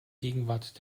gegenwart